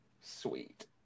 sweet